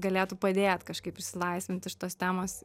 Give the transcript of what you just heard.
galėtų padėt kažkaip išsilaisvint iš tos temos